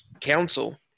council